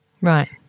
Right